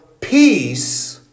peace